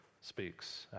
speaks